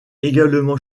également